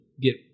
get